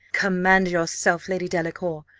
command yourself, lady delacour,